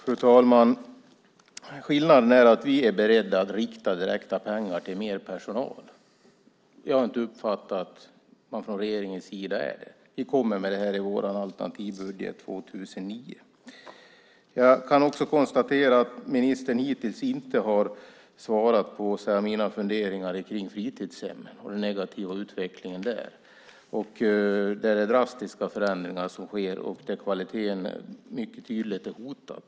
Fru talman! Skillnaden är att vi är beredda att rikta direkta pengar till mer personal. Jag har inte uppfattat att man från regeringens sida är beredd att göra de. Vi kommer med det förslaget i vår alternativbudget för 2009. Jag kan också konstatera att ministern hittills inte har svarat på mina funderingar om fritidshem och den negativa utvecklingen där. Det sker drastiska förändringar, och kvaliteten är mycket tydligt hotad.